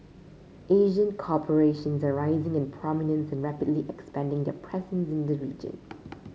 Asian corporations are rising in prominence and rapidly expanding their presence in the region